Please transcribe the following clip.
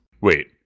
Wait